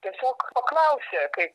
tiesiog paklausė kaip